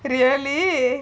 really